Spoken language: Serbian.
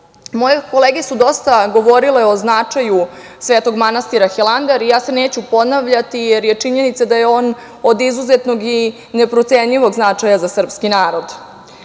kolege su dosta govorile o značaju Svetog manastira Hilandar i ja se neću ponavljati, jer je činjenica da je on od izuzetnog i neprocenjivog značaja za srpski narod. Možda